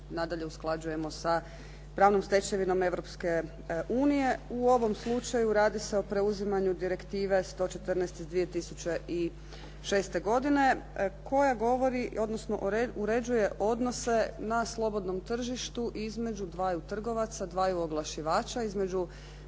nadalje usklađujemo sa pravnom stečevinom Europske unije. U ovom slučaju radi se o preuzimanju direktive 114. iz 2006. godine koja uređuje odnose na slobodnom tržištu između dvaju trgovaca, dvaju oglašivača, između